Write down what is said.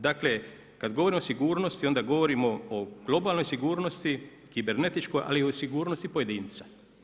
Dakle, kad govorimo o sigurnosti onda govorimo o globalnoj sigurnosti, kibernetičkoj ali i o sigurnosti pojedinca.